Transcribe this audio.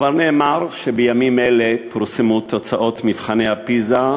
כבר נאמר שבימים אלה פורסמו תוצאות מבחני פיז"ה,